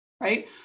right